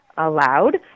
allowed